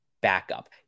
backup